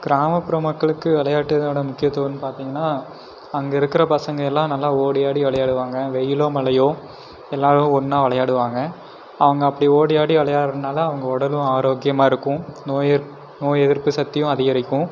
கிராமப்புற மக்களுக்கு விளையாட்டுக்கான முக்கியத்துவோன்னு பாத்திங்கனா அங்கே இருக்கிற பசங்க எல்லாம் நல்லா ஓடி ஆடி விளையாடுவாங்க வெயிலோ மழையோ எல்லாரும் ஒன்னாக விளையாடுவாங்க அவங்க அப்படி ஓடி ஆடி விளையாடுறதுனால அவங்க உடலும் ஆரோக்கியமாக இருக்கும் நோய் எ நோய் எதிர்ப்பு சக்தியும் அதிகரிக்கும்